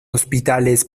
hospitales